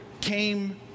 came